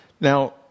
Now